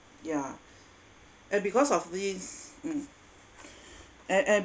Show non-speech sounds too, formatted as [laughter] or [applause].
ya and because of this mm [breath] and and